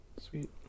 sweet